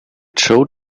joe